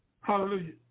hallelujah